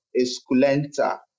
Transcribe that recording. Esculenta